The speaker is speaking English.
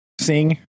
sing